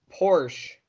porsche